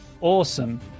Awesome